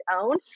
own